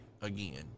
again